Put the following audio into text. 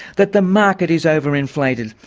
that the market is over-inflated,